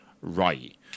right